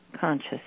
conscious